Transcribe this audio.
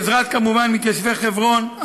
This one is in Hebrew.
כמובן בעזרת מתיישבי חברון,